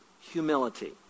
Humility